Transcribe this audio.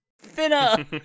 thinner